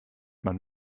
man